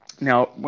Now